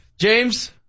James